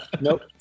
Nope